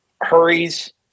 hurries